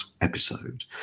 episode